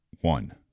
one